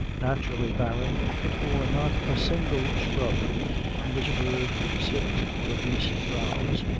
naturally barren, it bore not a single shrub on which a bird could sit or a beast browse,